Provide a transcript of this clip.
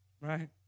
right